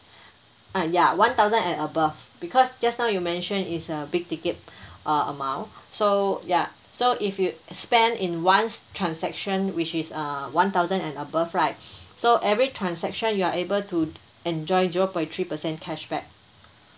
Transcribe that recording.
uh ya one thousand and above because just now you mentioned it's a big ticket uh amount so ya so if you spend in one transaction which is err one thousand and above right so every transaction you are able to enjoy zero point three percent cashback